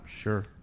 Sure